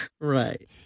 Right